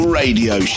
radio